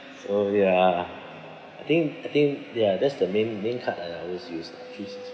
so ya I think I think ya that's the main main card lah that I always use